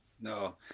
No